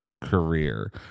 career